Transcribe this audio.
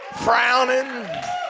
frowning